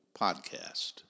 podcast